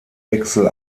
wechsel